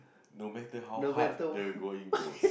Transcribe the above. no matter how hard the going goes